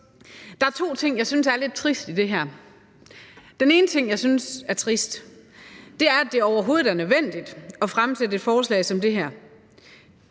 Der er to ting, jeg synes er lidt trist i det her. Den ene ting, jeg synes er trist, er, at det overhovedet er nødvendigt at fremsætte et forslag som det her.